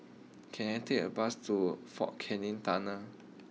can I take a bus to Fort Canning Tunnel